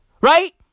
Right